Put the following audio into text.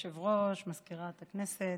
כבוד היושב-ראש, מזכירת הכנסת,